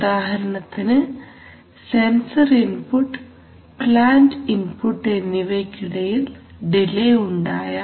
ഉദാഹരണത്തിന് sensor input plant input എന്നിവയ്ക്കിടയിൽ delay ഉണ്ടായാൽ